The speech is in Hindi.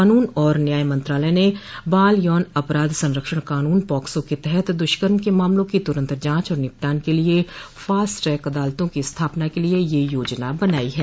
कानून और न्याय मंत्रालय ने बाल यौन अपराध संरक्षण कानून पॉक्सो के तहत दुष्कर्म के मामलों की तुरन्त जांच और निपटान के लिए फास्ट ट्रैक अदालतों की स्थापना के लिए यह योजना बनाई है